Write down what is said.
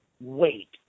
wait